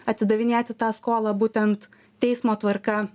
atidavinėti tą skolą būtent teismo tvarka